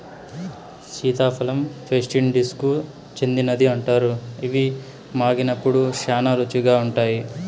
సీతాఫలం వెస్టిండీస్కు చెందినదని అంటారు, ఇవి మాగినప్పుడు శ్యానా రుచిగా ఉంటాయి